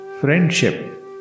Friendship